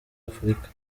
afurika